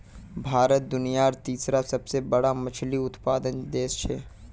भारत दुनियार तीसरा सबसे बड़ा मछली उत्पादक देश छे